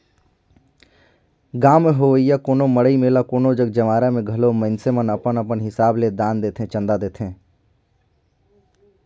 गाँव में होवइया कोनो मड़ई मेला कोनो जग जंवारा में घलो मइनसे मन अपन अपन हिसाब ले दान देथे, चंदा देथे